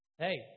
Hey